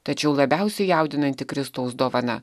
tačiau labiausiai jaudinanti kristaus dovana